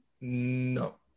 No